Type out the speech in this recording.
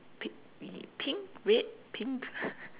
pi~ y~ pink red pink